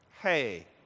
Hey